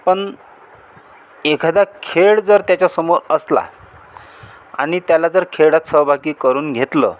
पण एखादा खेळ जर त्याच्यासमोर असला आणि त्याला जर खेळात सहभागी करून घेतलं